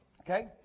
Okay